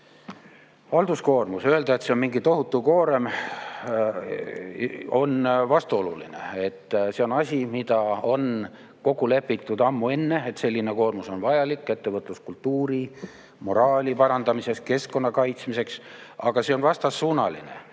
Halduskoormus – öelda, et see on mingi tohutu koorem, on vastuoluline. See on asi, mida on kokku lepitud ammu enne: et selline koormus on vajalik ettevõtluskultuuri moraali parandamiseks, keskkonna kaitsmiseks. Aga see on vastassuunaline.